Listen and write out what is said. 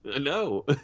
No